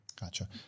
Gotcha